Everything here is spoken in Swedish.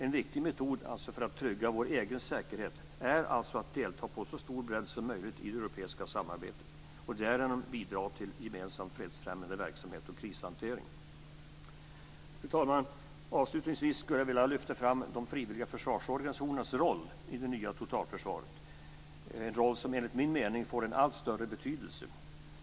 En viktig metod för att trygga vår egen säkerhet är alltså att delta på så stor bredd som möjligt i det europeiska samarbetet och därigenom bidra till gemensam fredsfrämjande verksamhet och krishantering. Fru talman! Avslutningsvis skulle jag vilja lyfta fram de frivilliga försvarsorganisationernas roll i det nya totalförsvaret, en roll som enligt min mening, får en allt större betydelse.